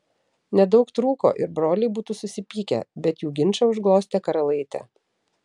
nedaug trūko ir broliai būtų susipykę bet jų ginčą užglostė karalaitė